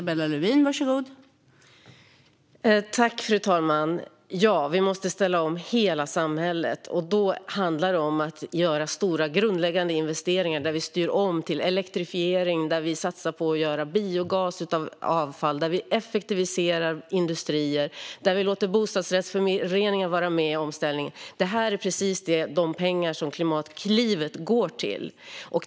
Fru talman! Vi måste ställa om hela samhället. Då handlar det om att göra stora, grundläggande investeringar i att styra om till elektrifiering, satsa på att göra biogas av avfall, effektivisera industrier och låta bostadsrättsföreningarna vara med i omställningen. Det är precis det här som pengarna till Klimatklivet går till.